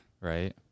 right